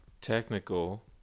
Technical